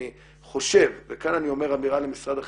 אני חושב, וכאן אני אומר אמירה חיובית